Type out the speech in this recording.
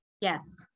Yes